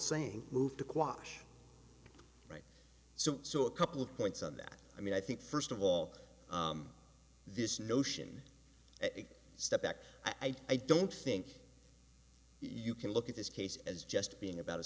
saying moved aquash so so a couple of points on that i mean i think first of all this notion a step back i don't think you can look at this case as just being about a